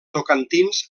tocantins